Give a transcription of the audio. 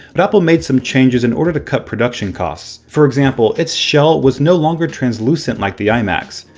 but apple made some changes in order to cut production costs. for example, it's shell was no longer translucent like the imac's,